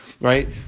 right